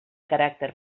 caràcter